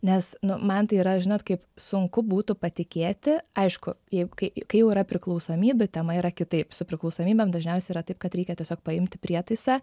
nes man tai yra žinot kaip sunku būtų patikėti aišku jeigu kai kai jau yra priklausomybių tema yra kitaip su priklausomybėm dažniausiai yra taip kad reikia tiesiog paimti prietaisą